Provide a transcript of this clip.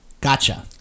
Gotcha